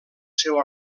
seu